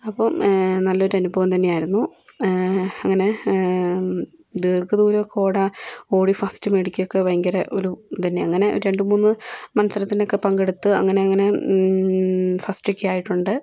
അപ്പം നല്ലൊരു അനുഭവം തന്നെ ആയിരുന്നു അങ്ങനെ ദീർഘ ദൂരമൊക്കെ ഓടാൻ ഓടി ഫസ്റ്റ് മേടിക്കുക ഒക്കെ ഭയങ്കര ഒരു ഇത് തന്നെയാണ് അങ്ങനെ രണ്ട് മൂന്ന് മത്സരത്തിനൊക്കെ പങ്കെടുത്ത് അങ്ങനെ ഇങ്ങനെ ഫസ്റ്റ് ഒക്കെ ആയിട്ടുണ്ട്